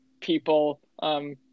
people